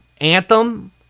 Anthem